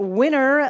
winner